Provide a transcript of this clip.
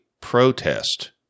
protest